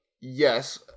Yes